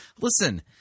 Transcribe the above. Listen